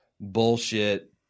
bullshit